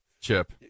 Chip